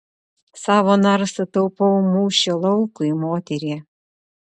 savo narsą taupau mūšio laukui moterie